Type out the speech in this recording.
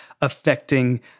affecting